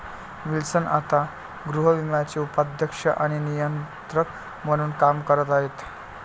Wilson आता गृहविम्याचे उपाध्यक्ष आणि नियंत्रक म्हणून काम करत आहेत